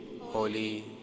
Holy